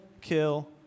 kill